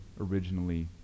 originally